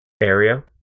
area